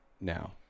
now